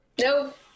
Nope